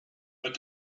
but